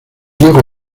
diego